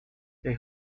they